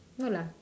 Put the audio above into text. no lah